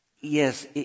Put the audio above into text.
yes